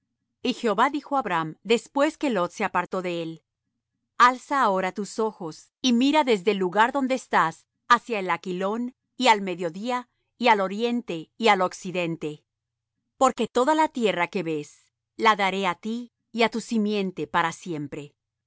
y jehová dijo á abram después que lot se apartó de él alza ahora tus ojos y mira desde el lugar donde estás hacia el aquilón y al mediodía y al oriente y al occidente porque toda la tierra que ves la daré á ti y á tu simiente para siempre